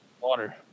water